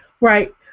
right